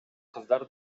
кыздар